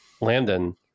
Landon